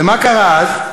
ומה קרה אז?